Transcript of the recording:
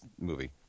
movie